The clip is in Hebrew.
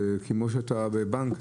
כמו שבבנק,